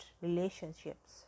relationships